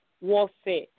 warfare